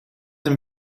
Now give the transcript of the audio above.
een